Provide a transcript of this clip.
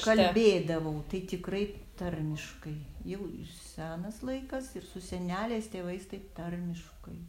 kalbėdavau tai tikrai tarmiškai jau senas laikas ir su seneliais tėvais tai tarmiškai